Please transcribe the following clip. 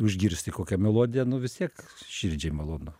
užgirsti kokią melodiją nu vis tiek širdžiai malonu